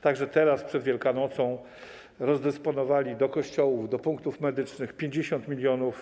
Także teraz, przed Wielkanocą, rozdysponowali do kościołów, do punktów medycznych 50 mln